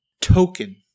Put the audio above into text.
Token